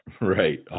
Right